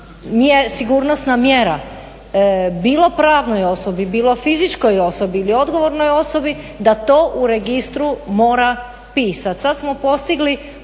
sigurnosna mjera bilo pravnoj osobi bilo fizičkoj osobi ili odgovornoj osobi da to u registru mora pisati.